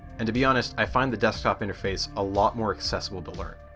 and to be honest i find the desktop interface a lot more accessible to learn.